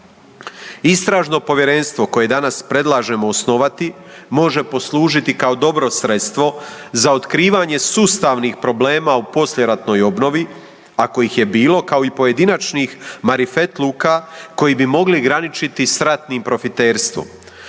Istražno povjerenstvo koje danas predlažemo osnovati može poslužiti kao dobro sredstvo za otkrivanje sustavnih problema u poslijeratnoj obnovi, a kojih je bilo, kao i pojedinačnih marifetluka koji bi mogli graničiti s ratnim profiterstvom.